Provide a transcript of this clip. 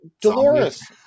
Dolores